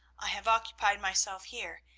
i have occupied myself here,